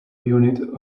unit